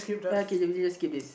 ya okay then we the we just skip this